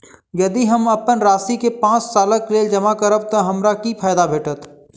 यदि हम अप्पन राशि केँ पांच सालक लेल जमा करब तऽ हमरा की फायदा भेटत?